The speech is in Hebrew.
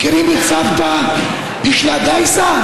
מכירים את סבתא בישלה דייסה?